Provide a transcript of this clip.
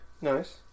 Nice